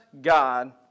God